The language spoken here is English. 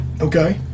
Okay